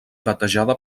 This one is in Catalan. batejada